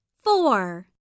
Four